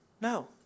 No